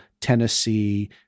Tennessee